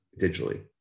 digitally